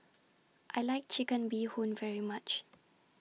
I like Chicken Bee Hoon very much